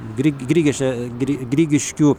gri grigeše gri grigiškių